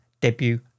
debut